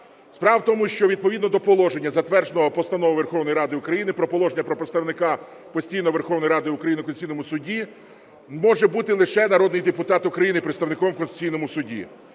Справа в тому, що відповідно до положення, затвердженого Постановою Верховної Ради України про положення про представника постійного Верховної Ради України в Конституційному Суді, може бути лише народний депутат України представником в Конституційному Суді.